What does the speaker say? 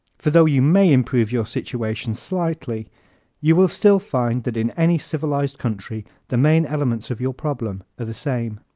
for though you may improve your situation slightly you will still find that in any civilized country the main elements of your problem are the same.